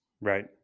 Right